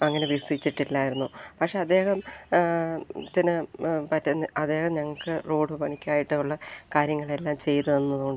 അങ്ങനെ വികസിച്ചിട്ടില്ലായിരുന്നു പക്ഷേ അദ്ദേഹം പറ്റുന്ന അദ്ദേഹം ഞങ്ങള്ക്ക് റോഡ് പണിക്കായിട്ടുള്ള കാര്യങ്ങളെല്ലാം ചെയ്തുതന്നതുകൊണ്ട്